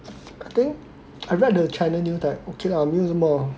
I think I read the China news like okay lah 没有什么